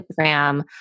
Instagram